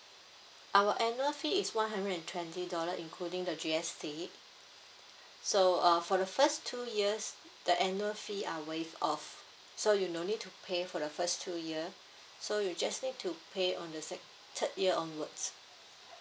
our annual fee is one hundred and twenty dollar including the G_S_T so uh for the first two years the annual fee are waived off so you no need to pay for the first two year so you just need to pay on the sec~ third year onwards